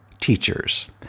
teachers